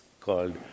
called